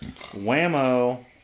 whammo